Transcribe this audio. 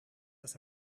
das